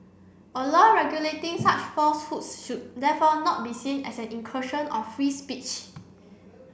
a law regulating such falsehoods should therefore not be seen as an incursion of free speech